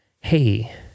hey